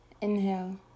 Inhale